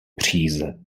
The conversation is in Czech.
příze